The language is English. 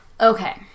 okay